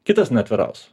kitas neatviraus